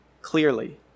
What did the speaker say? clearly